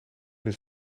dus